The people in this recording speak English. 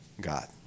God